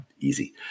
Easy